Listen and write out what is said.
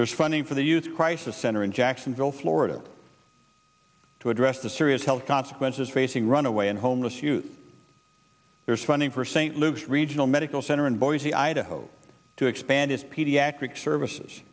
there's funding for the use crisis center in jacksonville florida to address the serious health consequences facing runaway and homeless youth there is funding for st luke's regional medical center in boise idaho to expand its pediatric services